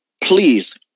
Please